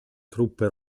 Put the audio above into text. truppe